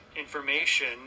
information